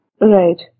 Right